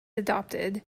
adopted